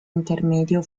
intermedio